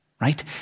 right